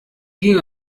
ging